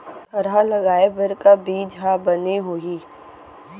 थरहा लगाए बर का बीज हा बने होही?